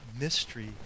mystery